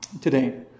today